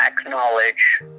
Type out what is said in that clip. acknowledge